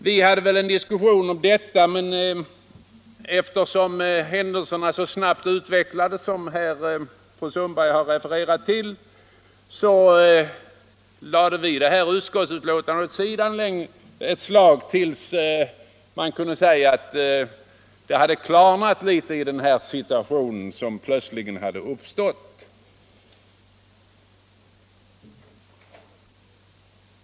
Vi hade en diskussion om detta, men eftersom händelserna utvecklades mycket snabbt, vilket fru Sundberg refererat till, lade vi det här utskottsbetänkandet åt sidan ett slag till dess den situation som plötsligen uppstått hade klarnat litet.